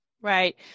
right